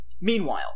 Meanwhile